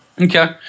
Okay